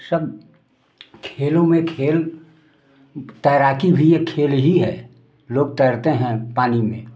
सब खेलो में खेल तैराकी भी एक खेल ही है लोग तैरते हैं पानी में